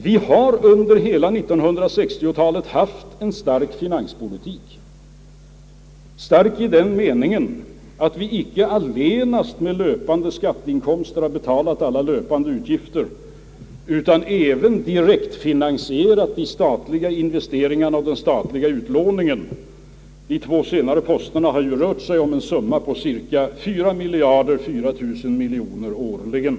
Vi har under hela 1960-talet haft en stark finanspolitik, stark i den meningen att vi icke allenast med löpande skatteinkomster har betalat alla löpande utgifter, utan även direktfinansierat de statliga investeringarna och den statli ga utlåningen — de två senare posterna har rört sig om en summa på cirka 4 miljarder — 4 000 miljoner — kronor årligen.